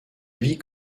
vie